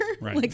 Right